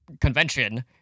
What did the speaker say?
convention